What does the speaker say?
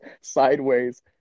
sideways